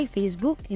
Facebook